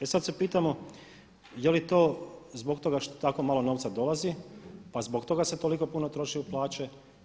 E sad se pitamo je li to zbog toga što tamo malo novca dolazi, pa zbog toga se toliko puno troši od plaće?